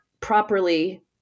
properly